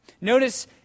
Notice